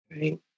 right